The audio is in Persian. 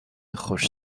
خوش